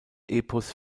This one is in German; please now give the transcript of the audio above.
epos